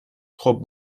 خوب